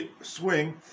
swing